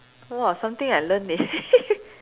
!wah! something I learn eh